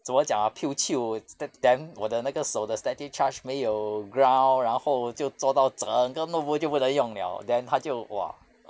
怎么讲 ah piu qiu s~ then 我的那个手的 static charge 没有 ground 然后就做到整个 notebook 就不能用 liao then 它就 !wah!